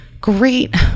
great